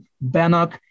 Bannock